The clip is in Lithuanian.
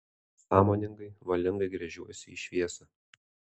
sąmoningai valingai gręžiuosi į šviesą